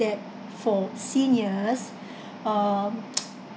yet for seniors um